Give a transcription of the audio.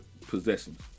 possessions